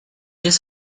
just